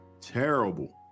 terrible